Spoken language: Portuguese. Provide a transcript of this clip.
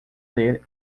ler